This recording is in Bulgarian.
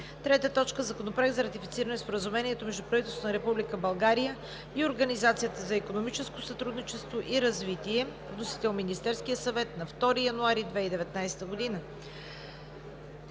2018 г. 3. Законопроект за ратифициране на Споразумението между правителството на Република България и Организацията за икономическо сътрудничество и развитие. Вносител – Министерският съвет на 2 януари 2019 г.